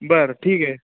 बरं ठीक आहे